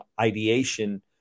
ideation